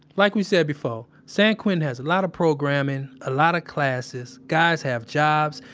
like we said before, san quentin has a lot of programming, a lot of classes. guys have jobs.